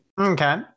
Okay